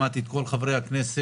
שמעתי את כל חברי הכנסת.